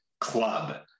club